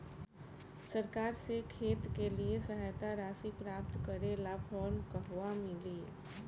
सरकार से खेत के लिए सहायता राशि प्राप्त करे ला फार्म कहवा मिली?